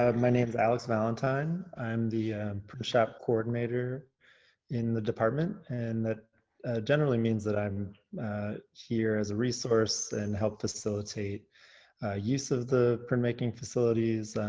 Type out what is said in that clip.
ah my name is alex valentine. i'm the printshop coordinator in the department. and that generally means that i'm here as a resource and help facilitate use of the printmaking facilities.